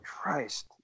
Christ